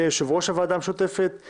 יושב-ראש הוועדה המשותפת,